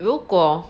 如果